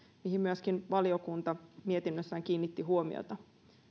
mihin myöskin valiokunta mietinnössään kiinnitti huomiota